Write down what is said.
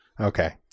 Okay